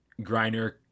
Griner